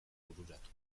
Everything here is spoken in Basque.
bururatu